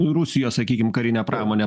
rusijos sakykim karinę pramonę